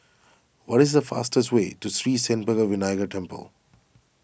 what is the fastest way to Sri Senpaga Vinayagar Temple